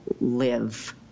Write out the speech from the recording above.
live